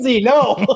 No